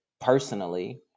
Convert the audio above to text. personally